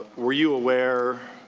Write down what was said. were you aware